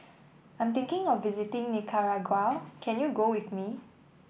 I'm thinking of visiting Nicaragua can you go with me